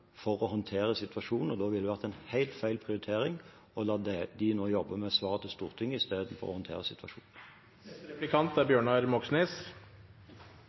med å håndtere situasjonen. Da ville det vært helt feil å prioritere å la dem nå jobbe med svar til Stortinget istedenfor å håndtere situasjonen. Ambulanseflykrisen er